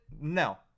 No